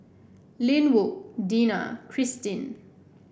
Linwood Dena Cristin